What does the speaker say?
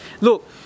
Look